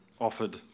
offered